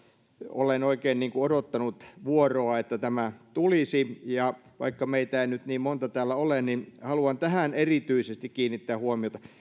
olen oikein odottanut vuoroa että tämä tulisi vaikka meitä ei nyt niin monta täällä ole haluan tähän erityisesti kiinnittää huomiota